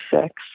sex